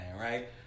right